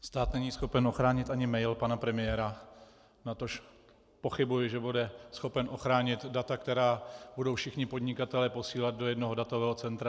Stát není schopen ochránit ani mail pana premiéra, natož pochybuji, že bude schopen ochránit data, která budou všichni podnikatelé posílat do jednoho datového centra.